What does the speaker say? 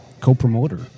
co-promoter